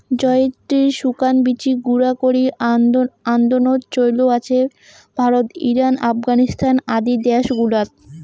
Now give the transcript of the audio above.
জয়িত্রির শুকান বীচি গুঁড়া করি আন্দনোত চৈল আছে ভারত, ইরান, আফগানিস্তান আদি দ্যাশ গুলাত